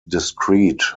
discrete